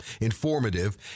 informative